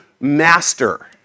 master